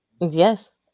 Yes